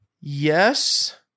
yes